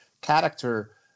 character